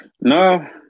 No